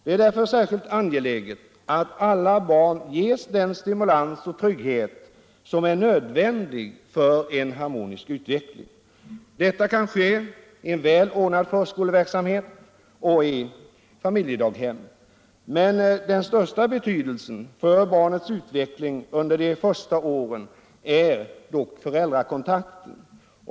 Det är därför särskilt angeläget att alla barn ges den stimulans och trygghet som är nödvändig för en harmonisk utveckling. Detta kan ske i en väl ordnad förskoleverksamhet och i familjedaghem. Men den största betydelsen för barnets utveckling under dessa år har föräldrakontakten.